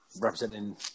representing